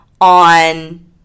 on